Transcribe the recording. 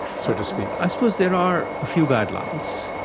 so to speak? i suppose there are a few guidelines.